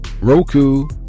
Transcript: Roku